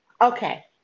Okay